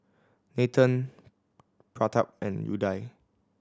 Nathan Pratap and Udai